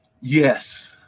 Yes